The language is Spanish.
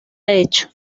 hecho